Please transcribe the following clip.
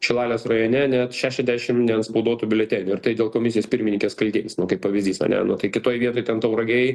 šilalės rajone net šešiasdešim neantspauduotų biuletenių ir tai dėl komisijos pirmininkės kaltės nu kaip pavyzdys ane nu tai kitoj vietoj ten tauragėj